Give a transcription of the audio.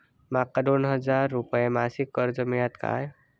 माका दोन हजार रुपये मासिक कर्ज मिळात काय?